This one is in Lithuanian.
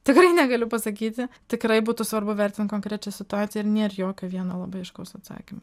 tikrai negaliu pasakyti tikrai būtų svarbu vertint konkrečią situaciją ir nėr jokio vieno labai aiškaus atsakymo